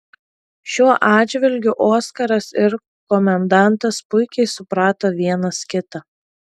šiuo atžvilgiu oskaras ir komendantas puikiai suprato vienas kitą